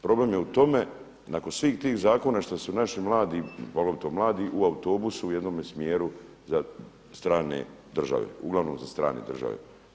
Problem je u tome nakon svih tih zakona što su naši mladi, poglavito mladi u autobusu u jednome smjeru za strane države, uglavnom za strane države.